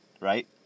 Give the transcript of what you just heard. right